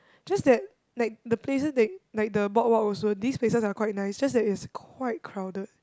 just that like the places that like the boardwalk also these places are quite nice just that is quite crowded